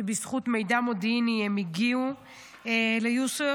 שבזכות מידע מודיעיני הם הגיעו ליוסף,